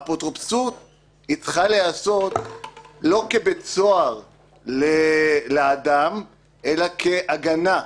האפוטרופסות צריכה להיעשות לא כבית סוהר לאדם אלא כהגנה.